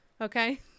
Okay